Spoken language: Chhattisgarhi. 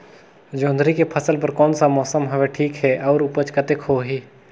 जोंदरी के फसल बर कोन सा मौसम हवे ठीक हे अउर ऊपज कतेक होही?